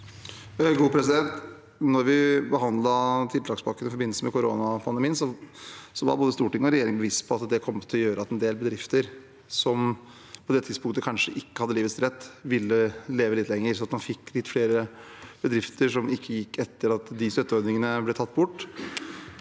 Da vi behandlet tiltakspakken i forbindelse med koronapandemien, var både storting og regjering bevisst på at det kom til å gjøre at en del bedrifter som på det tidspunktet kanskje ikke hadde livets rett, ville leve litt lenger. Så det at litt flere bedrifter ikke gikk etter at støtteordningene ble tatt bort,